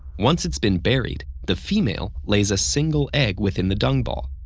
once it's been buried, the female lays a single egg within the dung ball.